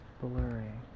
blurry